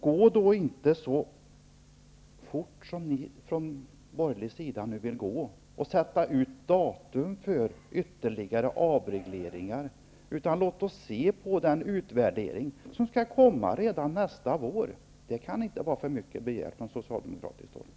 Gå då inte så fort fram, som ni från borgerlig sida vill, och sätt inte ut datum för ytterligare avregleringar. Låt oss i stället studera den utvärdering som skall komma redan nästa vår. Det kan inte vara för mycket begärt från socialdemokratiskt håll.